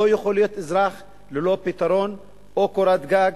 לא יכול להיות אזרח ללא פתרון או קורת גג,